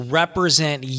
represent